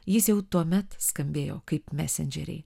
jis jau tuomet skambėjo kaip mesendžeriai